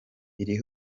iri